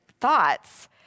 thoughts